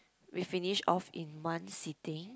we finish off in one sitting